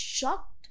shocked